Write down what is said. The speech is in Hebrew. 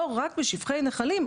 לא רק משפכי נחלים,